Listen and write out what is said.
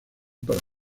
para